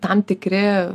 tam tikri